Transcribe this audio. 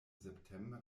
september